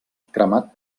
cremat